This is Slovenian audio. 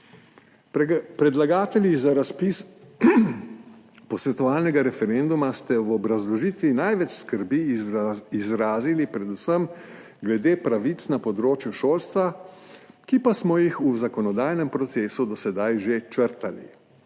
Predlagatelji za razpis posvetovalnega referenduma ste v obrazložitvi največ skrbi izrazili predvsem glede pravic na področju šolstva, ki pa smo jih v zakonodajnem procesu do sedaj že črtali.